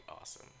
awesome